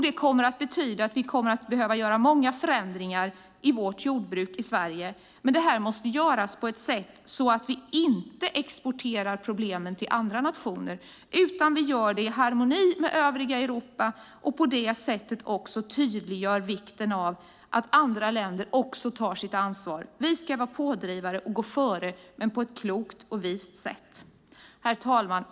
Den kommer att betyda att vi behöver göra många förändringar i vårt jordbruk i Sverige. Men detta måste göras i harmoni med övriga Europa, inte så att vi exporterar problemen till andra nationer. Vi måste också tydliggöra vikten av att andra länder tar sitt ansvar. Vi ska vara pådrivare och gå före, men på ett klokt och vist sätt. Herr talman!